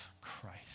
Christ